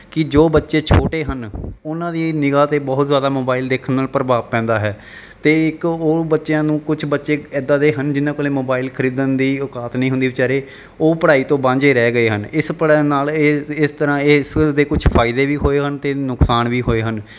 ਕਿ ਜੋ ਬੱਚੇ ਛੋਟੇ ਹਨ ਉਹਨਾਂ ਦੀ ਨਿਗ੍ਹਾ 'ਤੇ ਬਹੁਤ ਜ਼ਿਆਦਾ ਮੋਬਾਈਲ ਦੇਖਣ ਨਾਲ ਪ੍ਰਭਾਵ ਪੈਂਦਾ ਹੈ ਅਤੇ ਇੱਕ ਉਹ ਬੱਚਿਆਂ ਨੂੰ ਕੁਝ ਬੱਚੇ ਇੱਦਾਂ ਦੇ ਹਨ ਜਿਨ੍ਹਾਂ ਕੋਲ ਮੋਬਾਈਲ ਖਰੀਦਣ ਦੀ ਔਕਾਤ ਨਹੀਂ ਹੁੰਦੀ ਬੇਚਾਰੇ ਉਹ ਪੜ੍ਹਾਈ ਤੋਂ ਵਾਂਝੇ ਰਹਿ ਗਏ ਹਨ ਇਸ ਪਲਾਂ ਨਾਲ ਇਹ ਇਸ ਤਰ੍ਹਾਂ ਇਹ ਇਸ ਦੇ ਕੁਛ ਫਾਇਦੇ ਵੀ ਹੋਏ ਹਨ ਅਤੇ ਨੁਕਸਾਨ ਵੀ ਹੋਏ ਹਨ